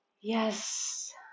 yes